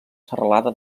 serralada